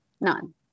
None